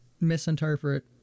misinterpret